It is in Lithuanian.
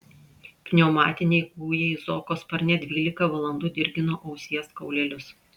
pneumatiniai kūjai zoko sparne dvylika valandų dirgino ausies kaulelius